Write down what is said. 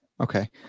Okay